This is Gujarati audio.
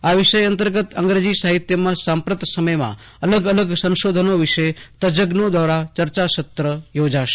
આ વિષય અંતર્ગત અંગ્રેજી સાહિત્યમાં સાંપ્રત સમયમાં અલગ અલગ સંશોધનો વિશે તજજ્ઞો દ્વારા ચર્ચા સત્ર યોજાશે